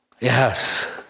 Yes